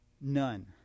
None